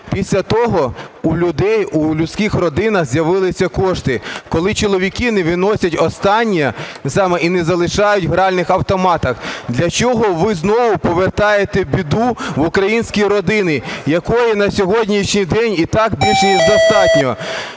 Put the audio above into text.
Після того у людей, у людських родинах з'явилися кошти, коли чоловіки не виносять останнє і не залишають у гральних автоматах. Для чого ви знову повертаєте біду в українські родини, якої на сьогоднішній день і так більш ніж достатньо?